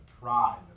pride